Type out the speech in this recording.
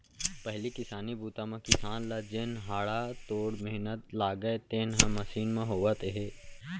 पहिली किसानी बूता म किसान ल जेन हाड़ा तोड़ मेहनत लागय तेन ह मसीन म होवत हे